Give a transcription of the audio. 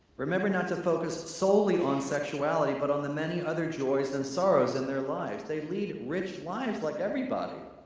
remember not to focus solely on sexuality but on the many other joys and sorrows in their lives. they lead rich lives like everybody!